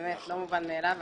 באמת, זה לא מובן מאליו.